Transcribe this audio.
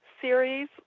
series